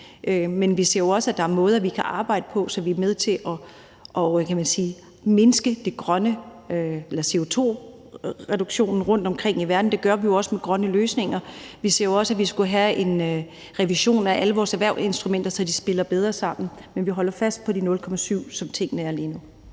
Men vi ser jo også, at der er måder, vi kan arbejde på, så vi er med til, hvad kan man sige, at mindske CO2-udledningen rundtomkring i verden. Det gør vi jo også med grønne løsninger. Vi ser jo også, at vi skulle have en revision af alle vores erhvervsinstrumenter, så de spiller bedre sammen. Men vi holder fast i de 0,7 pct., som tingene er lige nu.